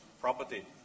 property